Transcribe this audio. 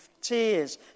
tears